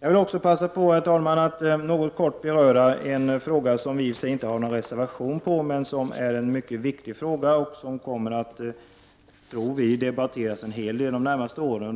Jag vill passa på, herr talman, att något beröra en fråga som vi i och för sig inte har någon reservation om men som är mycket viktig och som kommer att debatteras en hel del de närmaste åren.